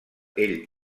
ell